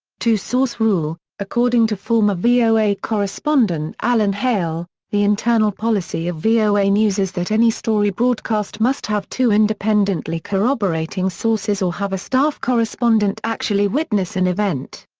two-source rule according to former voa correspondent alan heil, the internal policy of voa news is that any story broadcast must have two independently corroborating sources or have a staff correspondent actually witness an event.